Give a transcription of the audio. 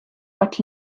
but